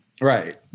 Right